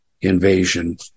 invasion